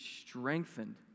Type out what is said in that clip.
strengthened